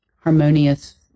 harmonious